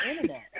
internet